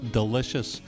delicious